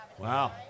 Wow